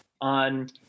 on